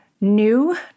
new